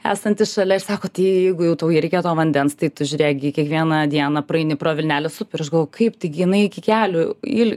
esantį šalia ir sako tai jeigu jau tau i reikia to vandens tai tu žiūrėk gi kiekvieną dieną praeini pro vilnelės upę ir aš galvoju kaip tai gi jinai iki kelių il